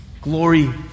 Glory